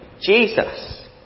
Jesus